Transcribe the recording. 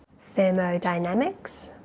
thermodynamics,